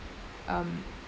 um